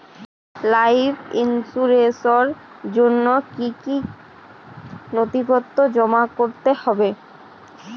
Life ইন্সুরেন্সর জন্য জন্য কি কি নথিপত্র জমা করতে হবে?